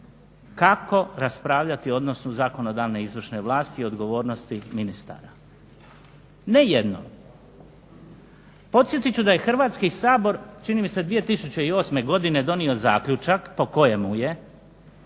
kako raspravljati o odnosu zakonodavne i izvršne vlasti i odgovornosti ministara. Ne jednom. Podsjetit ću da je Hrvatski sabor čini mi se 2008. godine donio zaključak po kojemu je